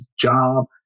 job